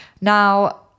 Now